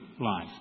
life